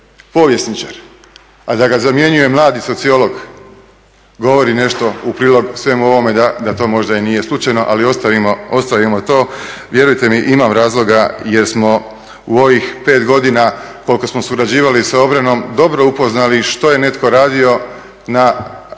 a da ga zamjenjuje mladi sociolog, govori nešto u prilog svemu ovome da to možda i nije slučajno, ali ostavimo to. Vjerujte mi, imam razloga jer smo u ovih 5 godina koliko smo surađivali sa obranom dobro upoznali što je netko radio na obrazovanju